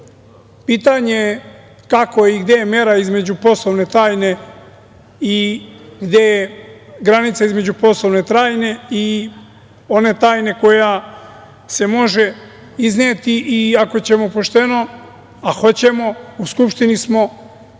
Pitanje je kako i gde je mera između poslovne tajne i gde je granica između poslovne tajne i one tajne koja se može izneti i, ako ćemo pošteno, a hoćemo, u Skupštini smo,